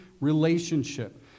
relationship